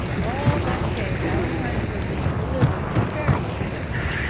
all that day valentines were being delivered in various ways.